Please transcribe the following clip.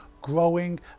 growing